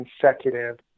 consecutive